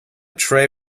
tray